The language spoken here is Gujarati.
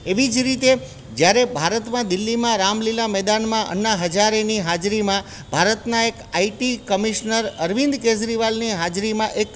એવી જ રીતે જ્યારે ભારતમાં દિલ્હીમાં રામલીલા મેદાનમાં અન્ના હજારેની હાજરીમાં ભારતના એક આઇટી કમિશનર અરવિંદ કેજરીવાલની હાજરીમાં એક